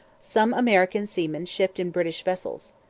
some american seamen shipped in british vessels.